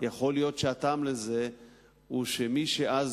יכול להיות שהטעם לזה הוא שמי שהיו אז